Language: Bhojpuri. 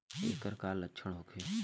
ऐकर का लक्षण होखे?